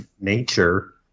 nature